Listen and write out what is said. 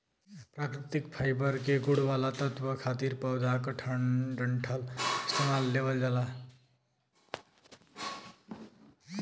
प्राकृतिक फाइबर के गुण वाला तत्व खातिर पौधा क डंठल इस्तेमाल लेवल जाला